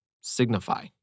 signify